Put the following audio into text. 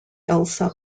elsa